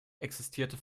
existierte